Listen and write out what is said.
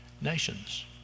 nations